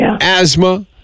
asthma